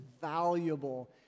valuable